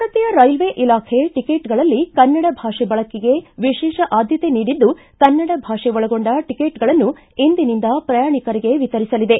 ಭಾರತೀಯ ರೈಲ್ವೆ ಇಲಾಖೆ ಟಿಕೆಟ್ಗಳಲ್ಲಿ ಕನ್ನಡ ಭಾಷೆ ಬಳಕೆಗೆ ವಿಶೇಷ ಆದ್ದತೆ ನೀಡಿದ್ದು ಕನ್ನಡ ಭಾಷೆ ಒಳಗೊಂಡ ಟಕೇಟ್ಗಳನ್ನು ಇಂದಿನಿಂದ ಪ್ರಯಾಣಿಕರಿಗೆ ವಿತರಿಸಲಿದೆ